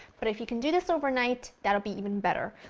but if you can do this overnight, that'll be even better.